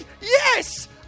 Yes